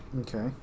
Okay